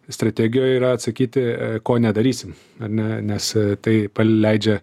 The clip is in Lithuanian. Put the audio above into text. strategijoj yra atsakyti a ko nedarysim ar ne nes tai leidžia